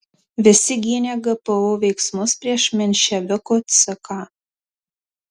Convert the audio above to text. visi gynė gpu veiksmus prieš menševikų ck